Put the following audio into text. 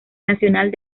nacional